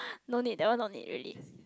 no need that one no need really